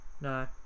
No